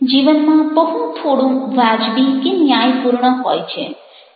જીવનમાં બહુ થોડું વાજબી કે ન્યાયપૂર્ણ હોય છે